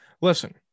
Listen